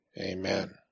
Amen